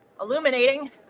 illuminating